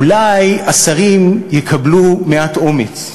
אולי השרים יקבלו מעט אומץ.